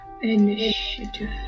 Initiative